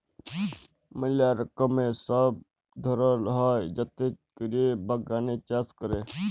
ম্যালা রকমের সব ধরল হ্যয় যাতে ক্যরে বাগানে চাষ ক্যরে